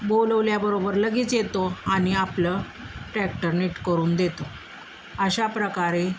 बोलवल्याबरोबर लगेच येतो आणि आपलं ट्रॅक्टर नीट करून देतो अशाप्रकारे